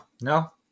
no